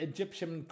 Egyptian